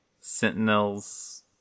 Sentinels